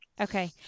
Okay